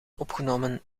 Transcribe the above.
opgenomen